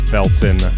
Felton